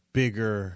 bigger